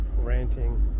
ranting